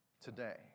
today